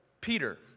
Peter